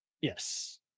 yes